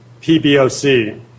PBOC